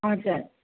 हजुर